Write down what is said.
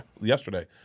yesterday